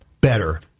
Better